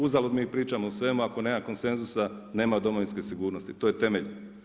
Uzalud mi pričamo o svemu ako nema konsenzusa, nema Domovinske sigurnosti, to je temelj.